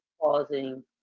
pausing